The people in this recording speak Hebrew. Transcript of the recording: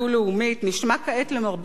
למרבה הצער,